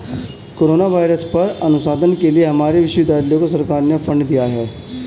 corona virus पर अनुसंधान के लिए हमारे विश्वविद्यालय को सरकार ने फंडस दिए हैं